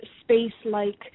space-like